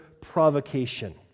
provocation